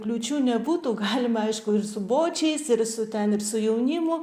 kliūčių nebūtų galima aišku ir su bočiais ir su ten ir su jaunimu